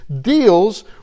deals